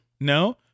no